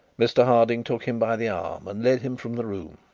mr harding took him by the arm and led him from the room.